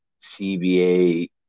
CBA